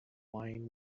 wine